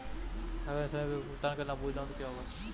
अगर मैं समय पर भुगतान करना भूल जाऊं तो क्या होगा?